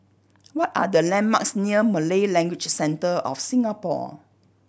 what are the landmarks near Malay Language Centre of Singapore